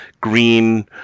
green